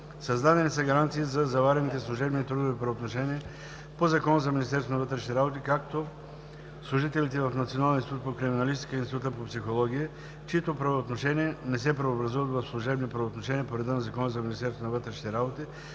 Създадени са гаранции и за заварените служебни и трудови правоотношения по Закона за Министерството на вътрешните работи, като служителите в Националния институт по криминалистика и Института по психология, чиито правоотношения не се преобразуват в служебни правоотношения по реда на Закона за Министерството на вътрешните работи,